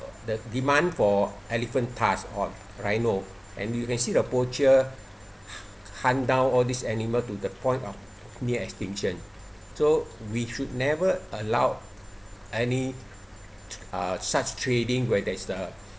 the demand for elephant tusk or rhino and you can see the poacher hunt down all these animal to the point of near extinction so we should never allow any uh such trading where there's the